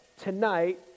tonight